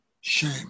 shame